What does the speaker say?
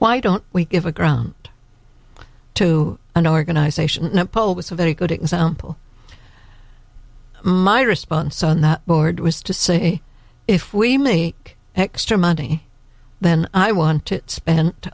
why don't we give a ground to an organization a poll was a very good example my response on the board was to say if we make extra money then i want to spen